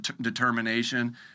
determination